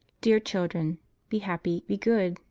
dear children be happy, be good,